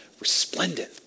resplendent